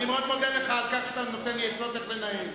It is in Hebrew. אני מאוד מודה לך על כך שאתה נותן לי עצות איך לנהל.